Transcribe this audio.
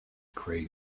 craig